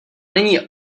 není